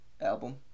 album